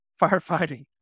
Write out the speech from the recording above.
firefighting